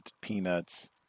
peanuts